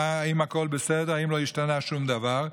אם הכול בסדר ואם לא השתנה שום דבר,